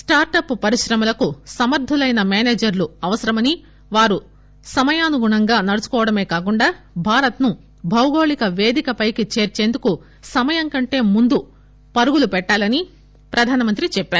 start up పరిశ్రమలకు సమర్థులైన మేనేజర్లు అవసరమని వారు సమయానుగుణంగా నడుచుకోవడమేకాక భారత్ను భాగోళిక పేదికపైకి చేర్చేందుకు సమయం కంటే ముందు పరుగులు పెట్టాలని ప్రధాన మంత్రి చెప్పారు